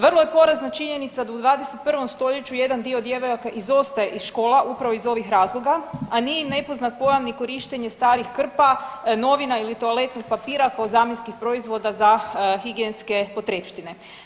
Vrlo je porazna činjenica da u 21. stoljeću jedan dio djevojaka izostaje iz škola upravo iz ovih razloga, a nije im nepoznat pojam ni korištenje starih krpa, novina ili toaletnog papira kao zamjenskih proizvoda za higijenske potrepštine.